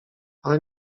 ale